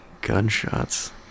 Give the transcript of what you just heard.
Gunshots